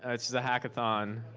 it's the hackathon.